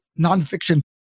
nonfiction